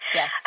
Yes